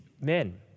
men